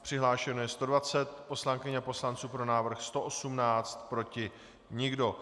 Přihlášeno je 120 poslankyň a poslanců, pro návrh 118, proti nikdo.